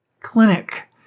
clinic